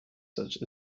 such